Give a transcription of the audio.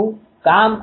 M શું છે